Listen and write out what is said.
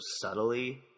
subtly